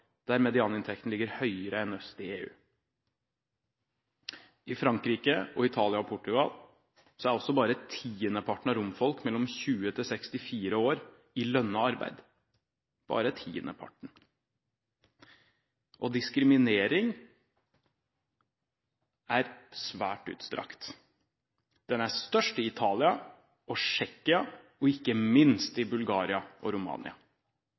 der medianinntekten ligger høyere enn øst i EU. I Frankrike, Italia og Portugal er bare tiendeparten av romfolk mellom 20 og 64 år i lønnet arbeid – bare tiendeparten! Diskriminering er svært utstrakt. Den er størst i Italia og Tsjekkia, og ikke minst i Bulgaria og Romania.